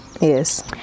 yes